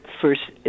first